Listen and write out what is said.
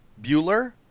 Bueller